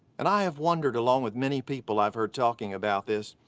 and i have wondered, along with many people i've heard talking about this,